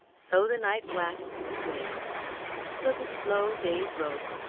so the night waxed and waned till the slow day broke,